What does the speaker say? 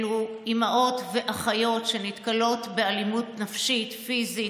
אלו אימהות ואחיות שנתקלות באלימות נפשית, פיזית,